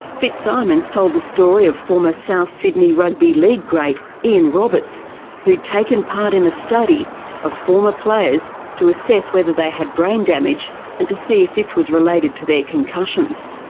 fitzsimons told the story of former south sydney rugby league great ian roberts who'd taken part in a study of former players to assess whether they had brain damage and to see if this was related to their concussions.